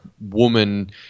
woman